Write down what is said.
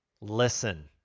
listen